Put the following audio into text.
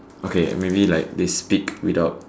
okay maybe like they speak without